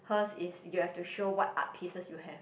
her's is you have to show what art pieces you have